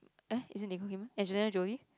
eh is it Nicole-Kim Angelina-Jolie